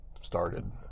started